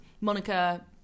monica